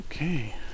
Okay